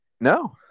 No